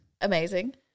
Amazing